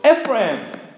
Ephraim